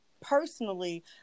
personally